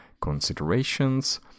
considerations